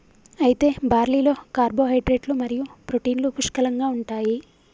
అయితే బార్లీలో కార్పోహైడ్రేట్లు మరియు ప్రోటీన్లు పుష్కలంగా ఉంటాయి